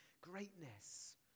greatness